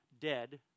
dead